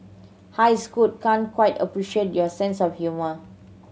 hi Scoot can't quite appreciate your sense of humour